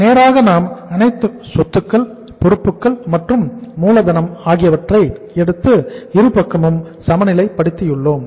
நேராக நாம் அனைத்து சொத்துக்கள் பொறுப்புக்கள் மற்றும் மூலதனம் ஆகியவற்றை எடுத்து இருபக்கமும் சமநிலைபடுத்தியுள்ளோம்